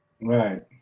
Right